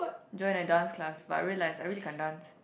join a dance class but I realise I really can't dance